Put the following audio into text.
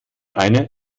eine